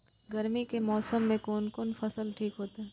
गर्मी के मौसम में कोन कोन फसल ठीक होते?